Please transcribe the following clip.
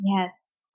Yes